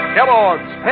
Kellogg's